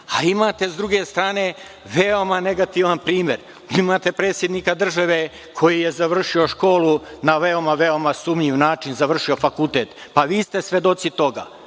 a imate s druge strane veoma negativan primer. Imate predsednika države koji je završio školu na veoma, veoma sumnjiv način završio fakultet. Vi ste svedoci toga.